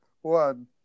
One